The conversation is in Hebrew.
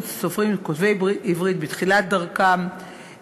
עידוד סופרים כותבי עברית בתחילת דרכם,